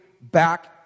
back